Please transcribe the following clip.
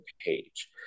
page